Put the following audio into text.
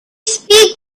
speak